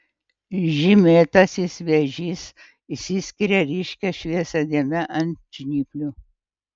žymėtasis vėžys išsiskiria ryškia šviesia dėme ant žnyplių